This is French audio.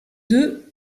deux